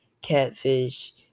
catfish